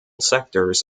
sectors